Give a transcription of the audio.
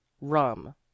rum